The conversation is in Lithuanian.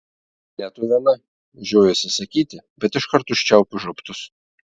ne tu viena žiojuosi sakyti bet iškart užčiaupiu žabtus